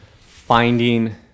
finding